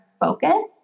focus